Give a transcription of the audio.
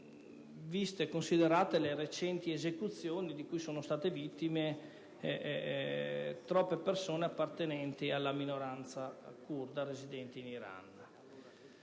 nonché considerate le recenti esecuzioni di cui sono state vittime un elevato numero di persone appartenenti alla minoranza curda residente in Iran.